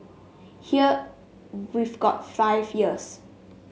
here we've got five years